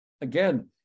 Again